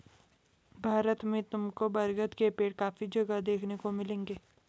भारत में तुमको बरगद के पेड़ काफी जगह देखने को मिलेंगे